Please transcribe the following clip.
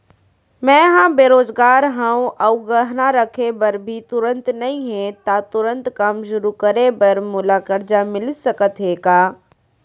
मैं ह बेरोजगार हव अऊ गहना रखे बर भी तुरंत नई हे ता तुरंत काम शुरू करे बर मोला करजा मिलिस सकत हे का?